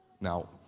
Now